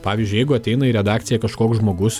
pavyzdžiui jeigu ateina į redakciją kažkoks žmogus